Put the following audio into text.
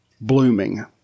blooming